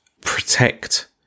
protect